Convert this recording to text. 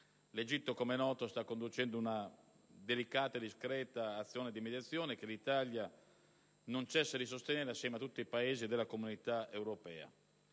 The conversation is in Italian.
L'Egitto - com'è noto - sta conducendo una delicata e discreta azione di mediazione, che l'Italia non cessa di sostenere assieme a tutti i Paesi della Comunità Europea.